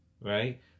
Right